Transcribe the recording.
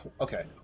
okay